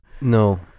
No